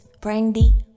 brandy